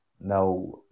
Now